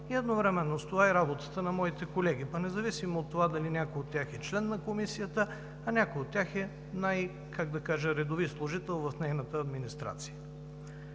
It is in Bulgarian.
едновременно с това и работата на моите колеги – независимо от това дали някой от тях е член на Комисията, а някой от тях е редови служител в нейната администрация.